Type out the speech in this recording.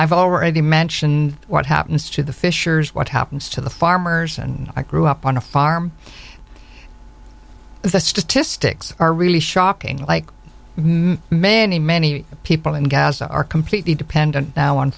i've already mentioned what happens to the fishers what happens to the farmers and i grew up on a farm the statistics are really shocking like many many many people in gaza are completely dependent on